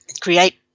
create